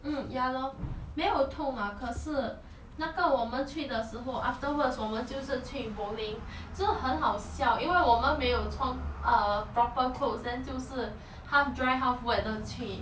mm ya lor 没有痛啦可是那个我们去的时候 afterwards 我们就是去 bowling 就很好笑因为我们没有穿 uh proper clothes then 就是 half dry half wet 的去